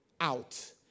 out